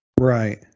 Right